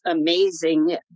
amazing